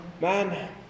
Man